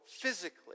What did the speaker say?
physically